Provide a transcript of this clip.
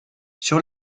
sur